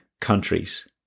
countries